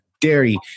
dairy